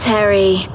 Terry